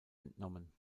entnommen